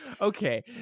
okay